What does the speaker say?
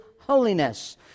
holiness